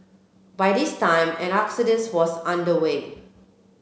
by this time an exodus was under way